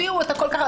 הביאו את הכול ככה,